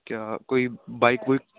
ਕਿਆ ਕੋਈ ਬਾਈਕ ਬੂਈਕ